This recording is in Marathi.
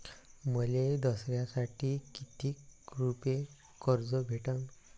मले दसऱ्यासाठी कितीक रुपये कर्ज भेटन?